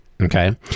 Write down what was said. Okay